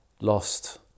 lost